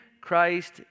Christ